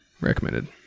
Recommended